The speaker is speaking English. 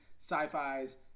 sci-fis